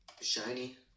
shiny